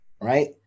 right